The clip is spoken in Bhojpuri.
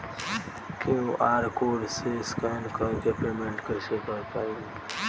क्यू.आर कोड से स्कैन कर के पेमेंट कइसे कर पाएम?